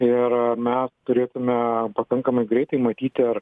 ir mes turėtume pakankamai greitai matyti ar